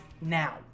Now